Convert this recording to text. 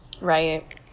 Right